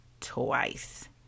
twice